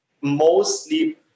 mostly